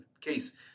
case